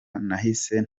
nahise